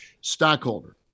stockholder